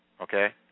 okay